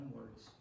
words